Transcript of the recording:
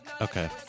Okay